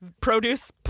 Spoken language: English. produce